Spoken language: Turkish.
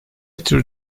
tür